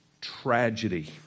tragedy